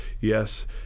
yes